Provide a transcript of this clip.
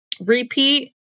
repeat